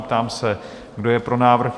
Ptám se, kdo je pro návrh?